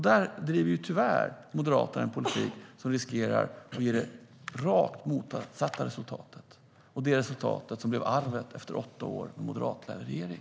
Där driver tyvärr Moderaterna en politik som riskerar att ge det rakt motsatta resultatet. Det är det resultat som blev arvet efter åtta år med en moderatledd regering.